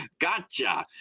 gotcha